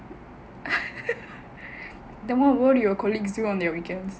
then what work do your colleagues do on the weekends